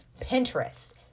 Pinterest